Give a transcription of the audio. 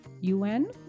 UN